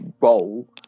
role